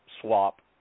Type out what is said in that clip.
swap